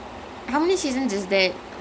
that's ya